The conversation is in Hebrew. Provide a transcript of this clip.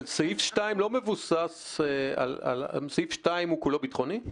אבל סעיף 2 כולו ביטחוני?